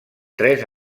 tres